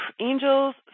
angels